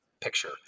picture